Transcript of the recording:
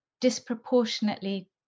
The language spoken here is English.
disproportionately